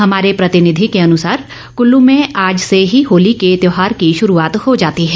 हमारे प्रतिनिधि के अनुसार कुल्लू में आज से ही होली के त्योहार की शुरूआत हो जाती है